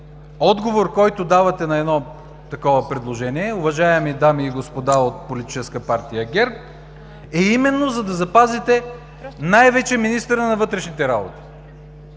отговор, който давате на едно такова предложение, уважаеми дами и господа от Политическа партия ГЕРБ, е именно, за да запазите най-вече министъра на вътрешните работи,